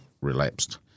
relapsed